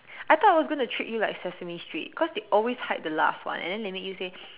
I thought I was gonna trick you like sesame street cause they always hide the last one and then they make you say